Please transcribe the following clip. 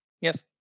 yes